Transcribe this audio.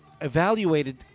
evaluated